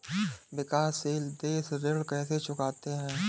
विकाशसील देश ऋण कैसे चुकाते हैं?